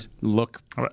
look